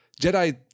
Jedi